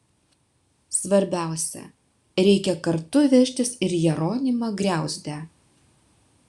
svarbiausia reikia kartu vežtis ir jeronimą griauzdę